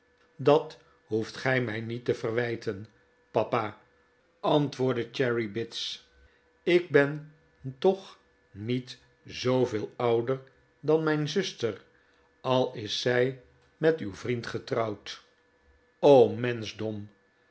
dat hoeft gij mij niet te verwijten papa antwoordde cherry bits ik ben toch niet zooveel ouder dan mijn zuster al is zij met uw vriend getrouwd